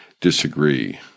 disagree